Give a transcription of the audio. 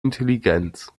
intelligenz